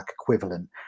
equivalent